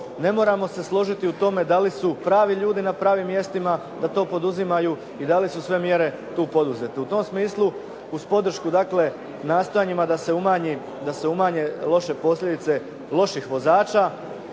ne moramo se složiti u tome da li su pravi ljudi na pravim mjestima da to poduzimaju i da li su sve mjere tu poduzete. U tom smislu uz podršku dakle nastojanjima da se umanje loše posljedice loših vozača